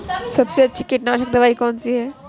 सबसे अच्छी कीटनाशक दवाई कौन सी है?